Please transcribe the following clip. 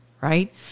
right